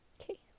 Okay